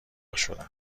شدم